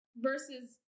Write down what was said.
Versus